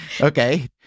okay